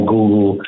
Google